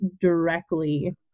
directly